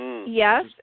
Yes